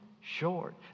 short